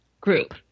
group